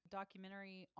documentary